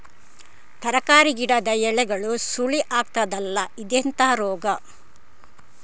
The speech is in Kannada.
ತರಕಾರಿ ಗಿಡದ ಎಲೆಗಳು ಸುರುಳಿ ಆಗ್ತದಲ್ಲ, ಇದೆಂತ ರೋಗ?